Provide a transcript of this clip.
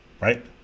right